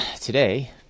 Today